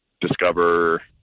discover